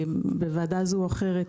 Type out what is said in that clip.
בוועדה כזו או אחרת,